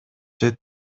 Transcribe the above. чет